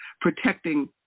protecting